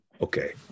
Okay